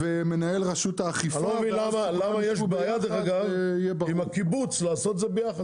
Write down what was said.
אני לא מבין למה יש בעיה עם הקיבוץ לעשות את זה ביחד,